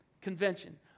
convention